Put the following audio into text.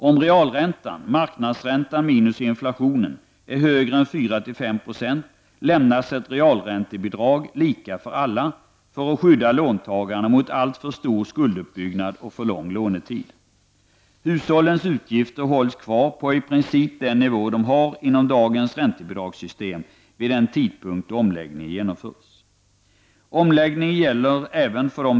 Om realräntan -- marknadsräntan minus inflationen -- är högre än 4--5 % lämnas ett realräntebidrag, lika för alla, för att skydda låntagarna mot alltför stor skulduppbyggnad och för lång lånetid. Hushållens utgifter hålls kvar på i princip den nivå de har inom dagens räntebidragssystem vid den tidpunkt då omläggningen genomförs.